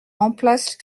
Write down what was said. remplace